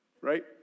right